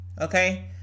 Okay